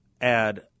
add